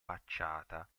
facciata